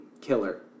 killer